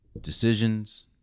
decisions